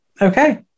Okay